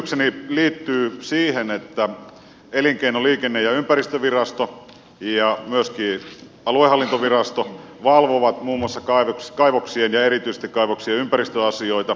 kysymykseni liittyy siihen että elinkeino liikenne ja ympäristövirasto ja myöskin aluehallintovirasto valvovat muun muassa kaivoksien ja erityisesti kaivoksien ympäristöasioita